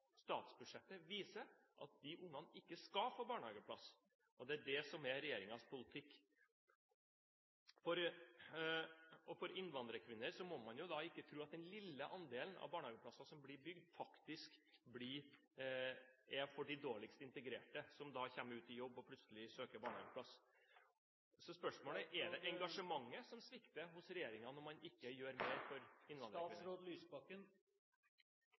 ungene ikke skal få barnehageplass. Det er det som er regjeringens politikk. Når det gjelder innvandrerkvinner, må man ikke tro at den lille andelen av barnehageplasser som blir bygd, faktisk er for de dårligst integrerte som kommer ut i jobb og plutselig søker barnehageplass. Så spørsmålet er: Er det engasjementet som svikter hos regjeringen, når man ikke gjør mer for